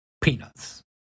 peanuts